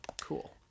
Cool